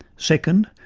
second,